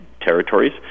territories